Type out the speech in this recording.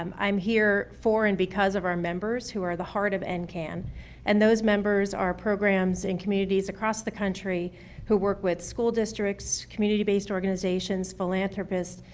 um i'm here for and because of our members, who are the heart of and ncan and those members are programs in communities across the country who work with school districts, community based organizations, philanthropists,